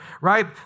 right